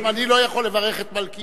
גם אני לא יכול לברך את מלכיאור,